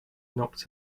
knocked